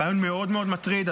ריאיון מאוד מאוד מטריד,